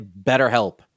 BetterHelp